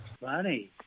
funny